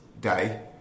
Day